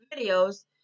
videos